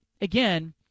again